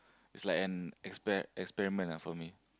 it's like an expe~ experiment ah for me